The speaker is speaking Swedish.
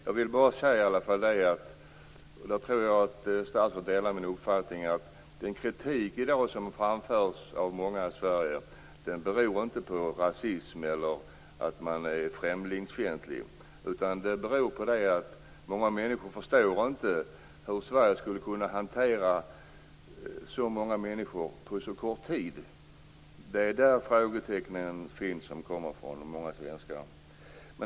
Jag vill bara säga - och där tror jag att statsrådet delar min uppfattning - att den kritik som framförs av många i Sverige i dag inte beror på rasism eller på att man är främlingsfientlig. Det beror i stället på att många människor inte förstår hur Sverige skall kunna hantera så många människor på så kort tid. Det är där frågetecknen finns från många svenskar.